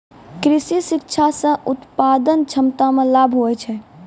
कृषि शिक्षा से उत्पादन क्षमता मे लाभ हुवै छै